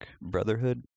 Brotherhood